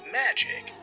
magic